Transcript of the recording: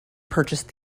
purchased